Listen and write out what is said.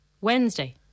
Wednesday